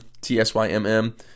T-S-Y-M-M